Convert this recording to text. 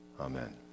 amen